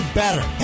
better